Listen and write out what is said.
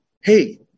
Hey